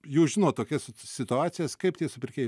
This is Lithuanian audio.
jūs žinot tokias situacijas kaip tie supirkėjai